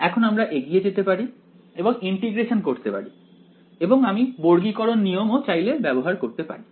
এখন আমরা এগিয়ে যেতে পারি এবং ইন্টিগ্রেশন করতে পারি এবং আমি বর্গীকরণ নিয়ম ও চাইলে ব্যবহার করতে পারি